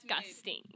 disgusting